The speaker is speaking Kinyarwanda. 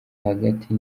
hagati